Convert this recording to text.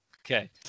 okay